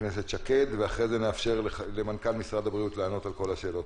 הכנסת שקד ואחרי זה נאפשר למנכ"ל משרד הבריאות לענות על כל השאלות.